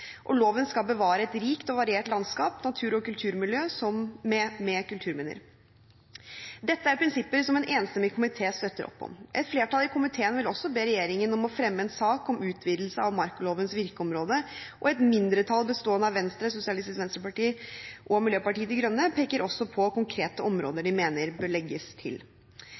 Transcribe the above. og loven skal bevare et rikt og variert landskap med kulturminner. Dette er prinsipper som en enstemmig komité støtter opp om. Et flertall i komiteen vil også be regjeringen om å fremme en sak om utvidelse av markalovens virkeområde, og et mindretall bestående av Venstre, SV og Miljøpartiet De Grønne peker også på konkrete områder de mener bør legges til.